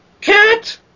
Cat